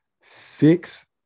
six